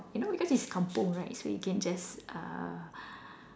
you know because it's kampung right so you can just uh